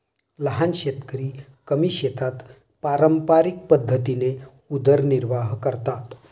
लहान शेतकरी कमी शेतात पारंपरिक पद्धतीने उदरनिर्वाह करतात